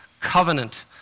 covenant